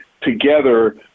together